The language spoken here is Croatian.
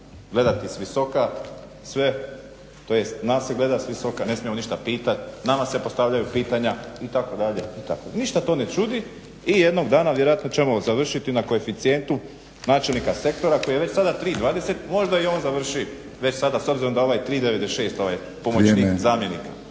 gledati svisoka sve tj. nas se gleda svisoka, ne smijemo ništa pitat, nama se postavljaju pitanja itd. Ništa to ne čudi i jednog dana vjerojatno ćemo završiti na koeficijentu načelnika sektora koji je već sada 3.20, možda i on završi već sada s obzirom da ovaj 3.96, ovaj pomoćnik zamjenika.